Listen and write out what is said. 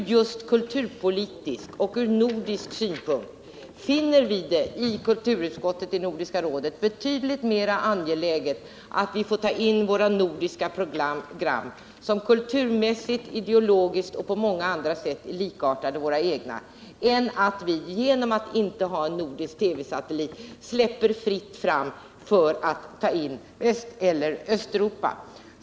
Ur just kulturpolitisk och nordisk synpunkt finner vi i Nordiska rådets kulturutskott det betydligt mera angeläget att man tar in nordiska program, som kulturellt, ideologiskt och på många andra sätt är likartade våra egna, än att vi genom att inte ha en nordisk TV-satellit släpper fritt fram för att ta in övriga länders program.